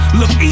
look